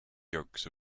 yolks